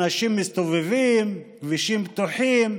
אנשים מסתובבים, כבישים פתוחים,